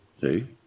See